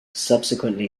subsequently